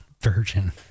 Virgin